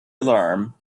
alarm